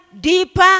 deeper